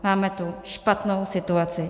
Máme tu špatnou situaci.